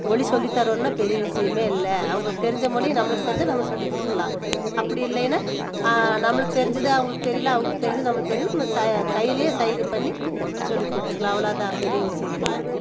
மொழி சொல்லித்தரணும்னா பெரிய விஷயமே இல்லை அவங்களுக்கு தெரிந்த மொழி நம்மளுக்கு தெரிஞ்சால் நம்ம சொல்லிக்கொடுக்குலாம் அப்படி இல்லைனா நம்மளுக்கு தெரிஞ்சது அவங்களுக்கு தெரியல அவங்களுக்கு தெரிஞ்சது நம்மளுக்கு தெரியலனா நம்ம ச கைலேயே சைகை பண்ணி சொல்லிக்கொடுத்துக்குலாம் அவ்வளோ தான் பெரிய விஷயம் இல்லை